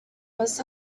was